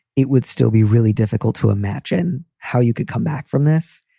it would still be really difficult to imagine how you could come back from this,